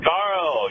Carl